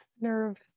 nerve